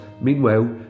Meanwhile